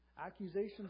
Accusations